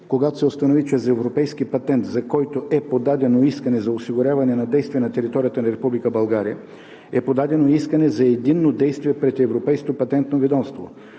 Когато се установи, че за европейски патент, за който е подадено искане за осигуряване на действие на територията на Република България, е подадено и искане за единно действие пред Европейското патентно ведомство,